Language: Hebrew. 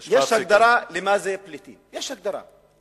יש הגדרה מה זה פליטים, יש הגדרה.